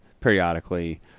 periodically